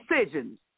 decisions